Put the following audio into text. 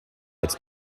its